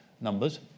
numbers